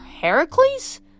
Heracles